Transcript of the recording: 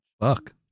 Fuck